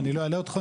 אני לא אלאה אתכם,